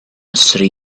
sri